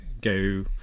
go